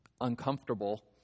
uncomfortable